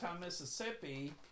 Mississippi